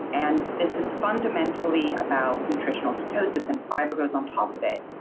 and this is fundamentally about nutritional ketosis and fiber goes on top of it.